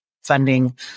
funding